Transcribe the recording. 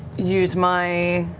use my.